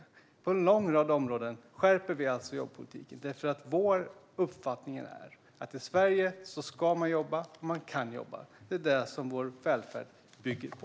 På en lång rad områden skärper vi alltså jobbpolitiken, för vår uppfattning är att i Sverige ska man jobba om man kan. Det är det som vår välfärd bygger på.